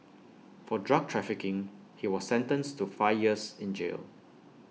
for drug trafficking he was sentenced to five years in jail